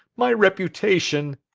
my reputation!